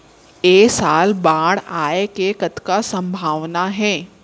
ऐ साल बाढ़ आय के कतका संभावना हे?